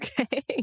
okay